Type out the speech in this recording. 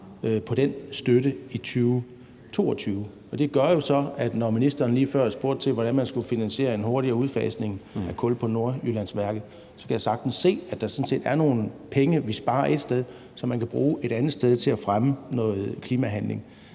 på den støtte i 2022. Det gør jo så, at når ministeren lige før spurgte om, hvordan man skulle finansiere en hurtigere udfasning af kul på Nordjyllandsværket, kan jeg sagtens se, at der sådan set er nogle penge, vi sparer et sted, som man kan bruge et andet sted til at fremme noget klimahandling.